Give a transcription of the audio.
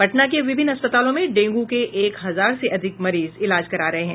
पटना के विभिन्न अस्पतालों में डेंगू के एक हजार से अधिक मरीज इलाज करा रहे हैं